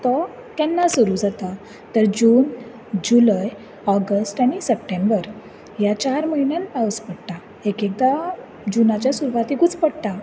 तो केन्ना सुरू जाता तर जून जुलय ऑगस्ट आनी सप्टेंबर ह्या चार म्हयन्यांत पावस पडटा एक एकदा जुनाच्या सुरवातेकूच पडटा